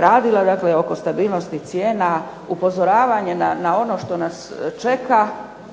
radila, dakle oko stabilnosti cijena, upozoravanje na ono što nas čeka,